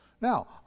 Now